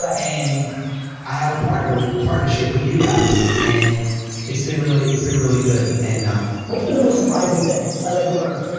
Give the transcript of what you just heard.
and i have a partner with, partnership with you guys. and it's been really, it's been really good, and i'm what's been the most surprising thing? i like earning.